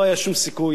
לא היה שום סיכוי,